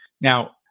Now